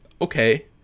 okay